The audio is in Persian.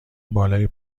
بالای